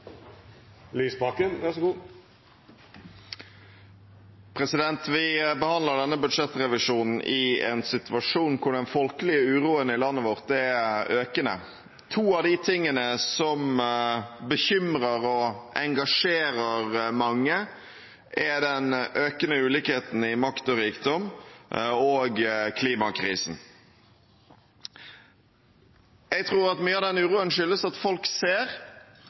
økende. To av de tingene som bekymrer og engasjerer mange, er den økende ulikheten i makt og rikdom og klimakrisen. Jeg tror mye av den uroen skyldes at folk ser